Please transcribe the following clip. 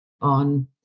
on